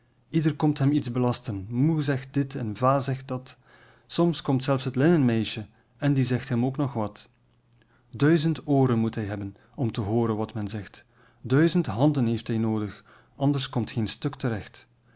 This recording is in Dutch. ieder komt hem iets belasten moe zegt dit en va zegt dat soms komt zelfs het linnenmeisje en die zegt hem ook nog wat duizend ooren moet hij hebben om te hooren wat men zegt duizend handen heeft hij noodig anders komt geen stuk terecht